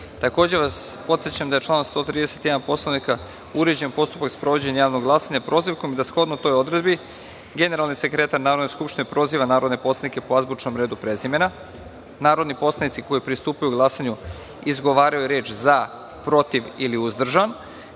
celini. Takođe vas podsećam da je članom 131. Poslovnika uređen postupak sprovođenja javnog glasanja prozivkom i da shodno toj odredbi generalni sekretar Narodne skupštine proziva narodne poslove po azbučnom redu prezimena. Narodni poslanici koji pristupaju glasanju izgovaraju reč "za", "protiv" ili